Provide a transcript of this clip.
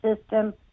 system